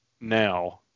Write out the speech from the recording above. now